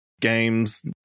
Games